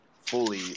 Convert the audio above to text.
fully